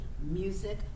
music